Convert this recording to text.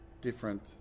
different